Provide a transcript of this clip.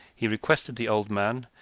he requested the old man,